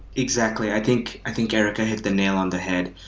exactly. i think think erika hit the nail on the head.